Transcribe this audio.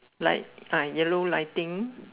like ah yellow lighting